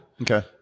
Okay